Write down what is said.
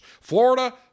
Florida